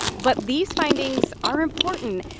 but these findings are important.